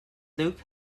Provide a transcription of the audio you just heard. luke